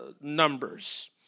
Numbers